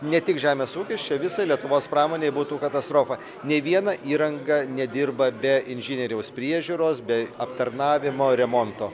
ne tik žemės ūkis čia visai lietuvos pramonei būtų katastrofa nei viena įranga nedirba be inžinieriaus priežiūros bei aptarnavimo remonto